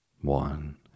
One